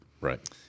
Right